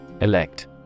Elect